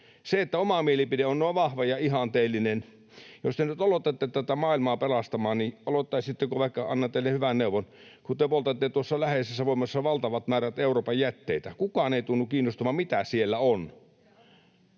on? Kun oma mielipide on noin vahva ja ihanteellinen, niin jos te nyt aloitatte tätä maailmaa pelastamaan, annan teille hyvän neuvon: Kun te poltatte tuossa läheisessä voimalassa valtavat määrät Euroopan jätteitä, kukaan ei tunnu kiinnostuvan siitä, mitä siellä on.